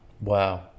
Wow